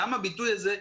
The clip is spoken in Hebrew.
גם הביטוי הזה,